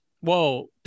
Whoa